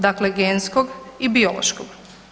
Dakle, genskog i biološkog.